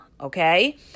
okay